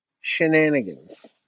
Shenanigans